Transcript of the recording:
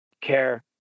care